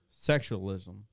sexualism